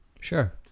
Sure